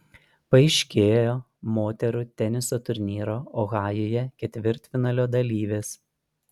paaiškėjo moterų teniso turnyro ohajuje ketvirtfinalio dalyvės